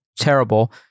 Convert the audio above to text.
terrible